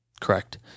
Correct